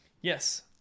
Yes